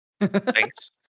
thanks